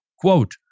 Quote